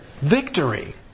victory